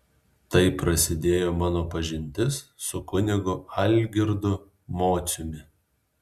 taip prasidėjo mano pažintis su kunigu algirdu mociumi